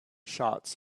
shots